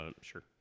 Sure